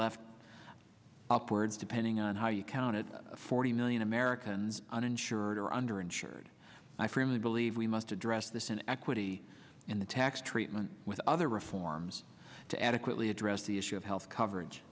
left upwards depending on how you count it forty million americans uninsured or under insured i firmly believe we must address this in equity in the tax treatment with other reforms to adequately address the issue of health coverage